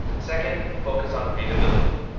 second, focus on readability.